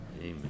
Amen